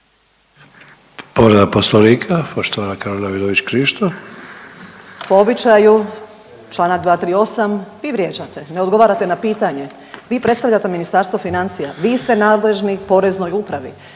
**Vidović Krišto, Karolina (OIP)** Po običaju, čl. 238. Vi vrijeđate, ne odgovarate na pitanje. Vi predstavljate Ministarstvo financija? Vi ste nadležni Poreznoj upravi.